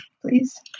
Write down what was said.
please